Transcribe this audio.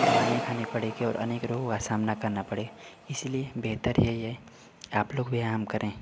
दवाइयाँ खानी पड़ेगी और अनेक रोगों का सामना करना पड़े इसीलिए बेहतर यही है आप लोग व्यायाम करें